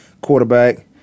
quarterback